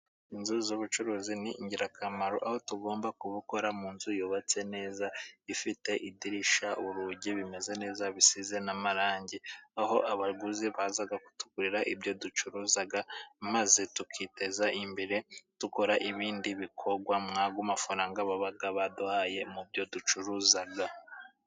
Inzu z'ubucuruzi ni ingirakamaro aho tugomba kubukora mu nzu yubatse neza ifite idirishya , urugi bimeze neza bisize n'amarangi aho abaguzi baza kutugurira ibyo ducuruza maze tukiteza imbere dukora ibindi bikorwa muri ayo mafaranga baba baduhaye mu byo ducuruza.